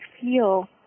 feel